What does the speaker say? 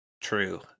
True